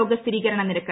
രോഗ സ്ഥിരീകരണ നിരക്ക്